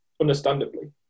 understandably